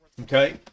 Okay